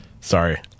sorry